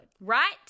right